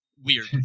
Weird